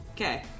Okay